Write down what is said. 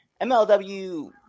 mlw